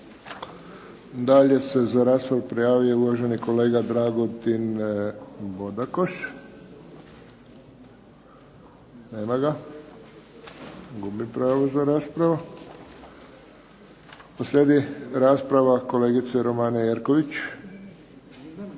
Dalje se za raspravu prijavio uvaženi kolega Dragutin Bodakoš. Nema ga, gubi pravo za raspravu. Slijedi rasprava kolegice Romane Jerković.